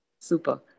super